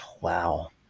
Wow